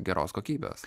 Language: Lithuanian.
geros kokybės